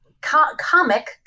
comic